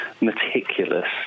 meticulous